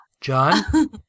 john